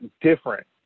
different